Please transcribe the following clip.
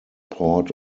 port